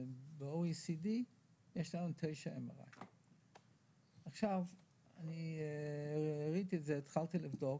שב-OECD יש תשעה MRI. כאשר ראיתי את זה התחלתי לבדוק